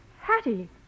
Hattie